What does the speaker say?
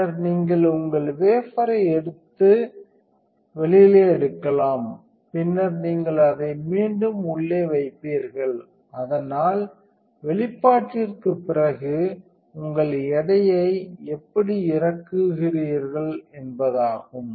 பின்னர் நீங்கள் உங்கள் வேபரை வெளியே எடுக்கலாம் பின்னர் நீங்கள் அதை மீண்டும் உள்ளே வைப்பீர்கள் அதனால் வெளிப்பாட்டிற்குப் பிறகு உங்கள் எடையை எப்படி இறக்குகிறீர்கள் என்பதாகும்